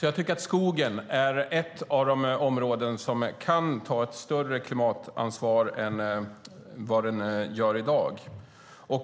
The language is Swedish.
Jag tycker att skogen är ett av de områden som kan ta ett större klimatansvar än i dag.